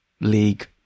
league